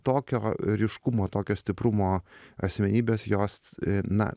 tokio ryškumo tokio stiprumo asmenybės jos na